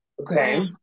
Okay